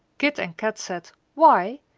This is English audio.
kit and kat said why?